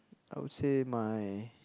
I would say my